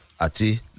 ati